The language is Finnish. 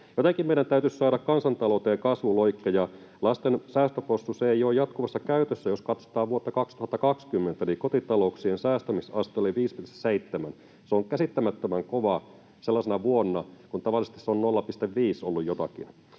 Jotenkin meidän täytyisi saada kansantalouteen kasvuloikka. Lasten säästöpossu ei ole jatkuvassa käytössä: Jos katsotaan vuotta 2020, niin kotita-louksien säästämisaste oli 5,7. Se on käsittämättömän kova sellaisena vuonna, kun tavallisesti se on ollut jotakin